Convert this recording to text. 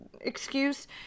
excuse